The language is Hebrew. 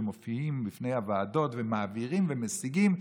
שמופיעים בפני הוועדות ומעבירים ומשיגים,